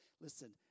listen